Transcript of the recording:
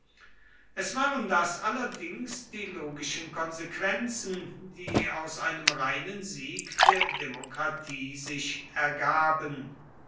es waren das allerdings die logischen konsequenzen die aus einem reinen sieg der demokratie sich ergaben